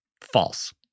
false